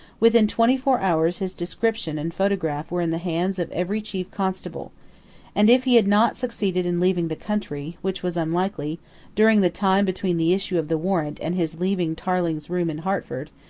within twenty-four hours his description and photograph were in the hands of every chief constable and if he had not succeeded in leaving the country which was unlikely during the time between the issue of the warrant and his leaving tarling's room in hertford,